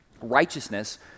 Righteousness